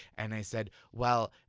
and i said, well,